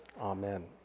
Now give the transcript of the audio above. Amen